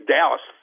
Dallas